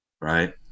right